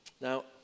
Now